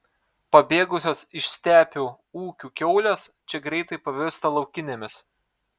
pabėgusios iš stepių ūkių kiaulės čia greitai pavirsta laukinėmis